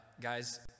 guys